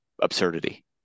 absurdity